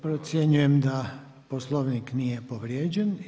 Procjenjujem da Poslovnik nije povrijeđen.